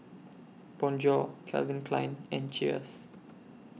Bonjour Calvin Klein and Cheers